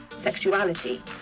sexuality